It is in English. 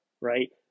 right